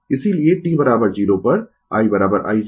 इसीलिए t 0 पर i i0